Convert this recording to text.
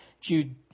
Jude